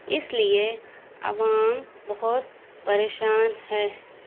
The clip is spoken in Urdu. اس لیے عوام بہت پریشان ہے